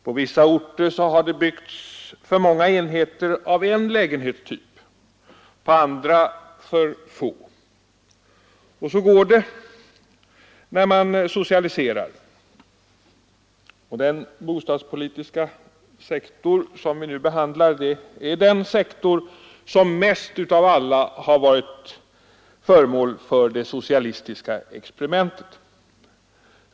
På vissa orter har det byggts för många enheter av en lägenhetstyp, på andra för få. Så går det när man socialiserar. Den bostadspolitiska sektor vi nu behandlar är den sektor som mest av alla har varit föremål för det socialistiska experimentet.